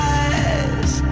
eyes